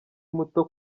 muto